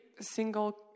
single